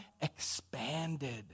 expanded